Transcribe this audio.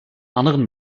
anderen